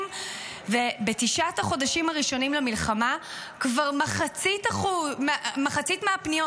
בתשעת החודשים הראשונים למלחמה כבר מחצית מהפניות,